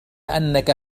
أنك